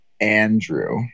Andrew